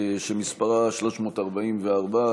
שמספרה 344,